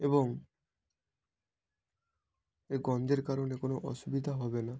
এবং এ গন্ধের কারণে কোনো অসুবিধা হবে না